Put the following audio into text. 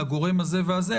לגורם הזה והזה?